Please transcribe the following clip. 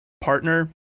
partner